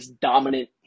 dominant